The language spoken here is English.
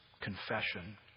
confession